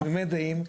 ת ימי דעים.